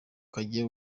kagiye